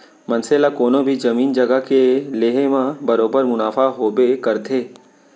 मनसे ला कोनों भी जमीन जघा के लेहे म बरोबर मुनाफा होबे करथे